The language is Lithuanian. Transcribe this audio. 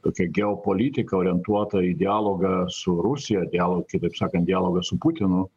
tokia geopolitika orientuota į dialogą su rusija dialogą kitaip sakant dialogą su putinu